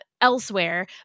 elsewhere